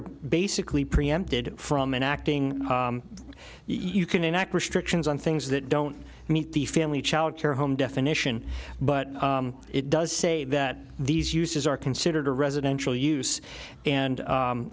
are basically preempted from acting you can enact restrictions on things that don't meet the family child care home definition but it does say that these uses are considered a residential use and